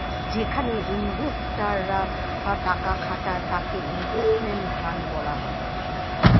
যেখানে ইনভেস্টর রা টাকা খাটায় তাকে ইনভেস্টমেন্ট ফান্ড বলা হয়